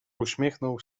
uśmiechnął